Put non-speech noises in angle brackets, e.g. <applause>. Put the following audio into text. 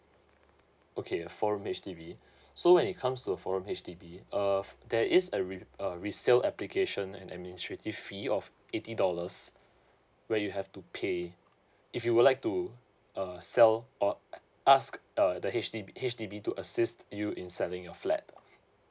okay four room H_D_B so when it comes to a four room H_D_B uh there is a re~ uh resale application and administrative fee of eighty dollars where you have to pay if you would like to uh sell or <noise> ask uh the H D H_D_B to assist you in selling your flat